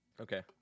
Okay